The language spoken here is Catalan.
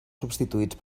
substituïts